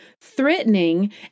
threatening